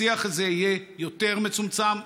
השיח הזה יהיה יותר מצומצם,